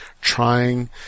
trying